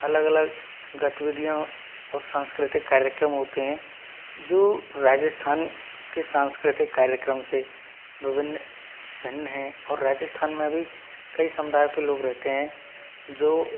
अलग अलग गतविधियाँ और सांस्कृतिक कार्यक्रम होते हैं जो राजस्थान के सांस्कृतिक कार्यक्रम से विभिन्न भिन्न हैं और राजस्थान मे भी कई समुदाय के लोग रहते हैं जो